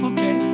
Okay